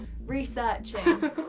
researching